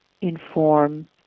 inform